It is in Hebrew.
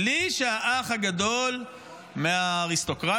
בלי שהאח הגדול מאריסטוקרטיה,